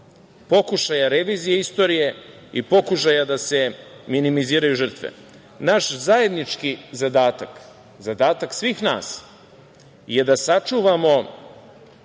pokušaja revizije istorije i pokušaja da se minimiziraju žrtve. Naš zajednički zadatak, zadatak svih nas je da sačuvamo